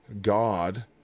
God